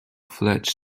fledged